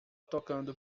tocando